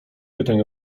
pytań